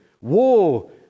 War